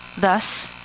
thus